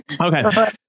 Okay